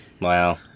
Wow